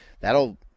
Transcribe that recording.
that'll